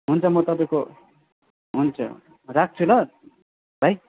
हुन्छ म तपाईँको हुन्छ राख्छु ल भाइ